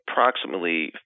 Approximately